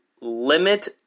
limit